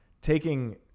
taking